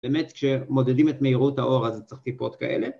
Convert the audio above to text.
באמת כשמודדים את מהירות האור אז צריך טיפות כאלה.